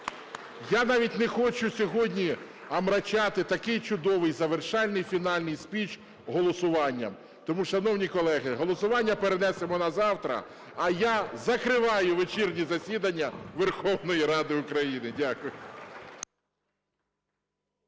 я навіть не хочу сьогодні омрачати такий чудовий, завершальний фінальний спіч голосуванням. Тому шановні колеги, голосування перенесемо на завтра, а я закриваю вечірнє засідання Верховної Ради України. Дякую.